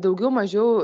daugiau mažiau